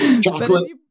chocolate